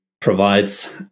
Provides